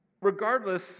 Regardless